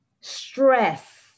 stress